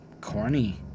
corny